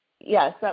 Yes